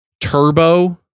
Turbo